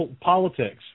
politics